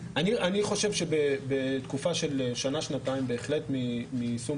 אני חושב שבתקופה של שנה-שנתיים מיישום